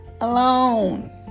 Alone